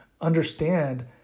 understand